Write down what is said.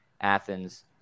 Athens